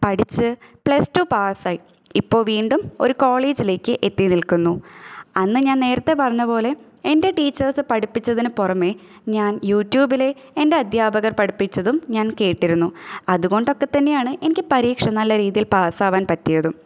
പഠിച്ച് plus two pass ആയി ഇപ്പോൾ വീണ്ടും ഒരു കോളേജിലേക്ക് എത്തി നിൽക്കുന്നു അന്ന് ഞാൻ നേരത്തെ പറഞ്ഞത് പോലെ എൻ്റെ ടീച്ചേഴ്സ് പഠിപ്പിച്ചതിനു പുറമേ ഞാൻ യൂട്യൂബിലെ എൻ്റെ അധ്യാപകർ പഠിപ്പിച്ചതും ഞാൻ കേട്ടിരുന്നു അതുകൊണ്ടൊക്കെത്തന്നെയാണ് എനിക്ക് പരീക്ഷ നല്ല രീതിയിൽ പാസ് ആവാൻ പറ്റിയതും